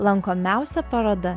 lankomiausia paroda